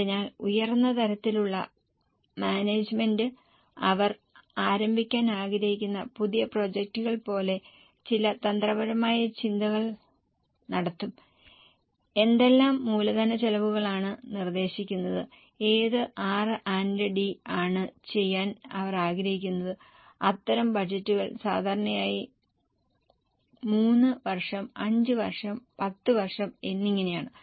അതിനാൽ ഉയർന്ന തലത്തിലുള്ള മാനേജ്മെന്റ് അവർ ആരംഭിക്കാൻ ആഗ്രഹിക്കുന്ന പുതിയ പ്രോജക്ടുകൾ പോലെ ചില തന്ത്രപരമായ ചിന്തകൾ നടത്തും എന്തെല്ലാം മൂലധന ചെലവുകളാണ് നിർദ്ദേശിക്കുന്നത് ഏത് R ആൻഡ് D ആണ് ചെയ്യാൻ അവർ ആഗ്രഹിക്കുന്നത് അത്തരം ബജറ്റുകൾ സാധാരണയായി 3 വർഷം 5 വർഷം 10 വർഷം എന്നിങ്ങനെയാണ്